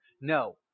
No